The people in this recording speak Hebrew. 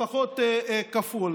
לפחות כפול,